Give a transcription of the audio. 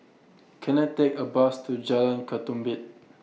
Can I Take A Bus to Jalan Ketumbit